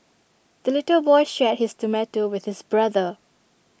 the little boy shared his tomato with his brother